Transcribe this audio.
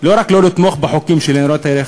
לא רק לא לתמוך בחוקים של ניירות ערך,